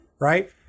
right